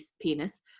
penis